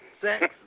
Sex